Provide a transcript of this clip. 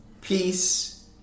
Peace